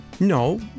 No